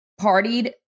partied